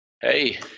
Hey